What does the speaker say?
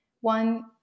One